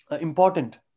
important